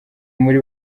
muri